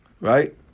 Right